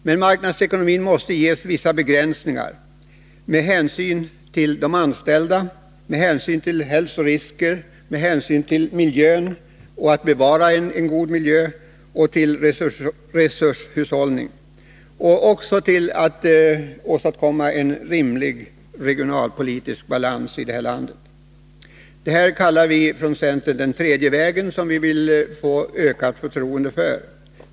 Men marknadsekonomin måste finna sig i vissa begränsningar med hänsyn till de anställda, hälsorisker, bevarande av god miljö, resurshushållning och också för att vi skall få en rimlig regionalpolitisk balans. Centern kallar detta den tredje vägen, och vi strävar efter att öka förtroendet för denna.